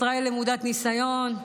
ישראל למודת ניסיון,